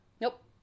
Nope